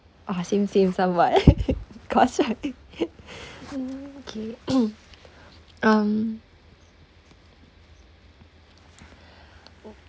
ah same same somewhat cause right mm okay um